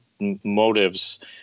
motives